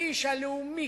האיש הלאומי,